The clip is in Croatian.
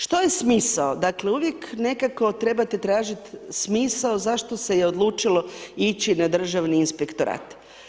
Što je smisao, dakle uvijek nekako trebate tražiti smisao zašto se je odlučilo ići na Državni inspektorat.